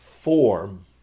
form